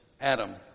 Adam